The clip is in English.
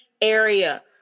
area